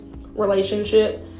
relationship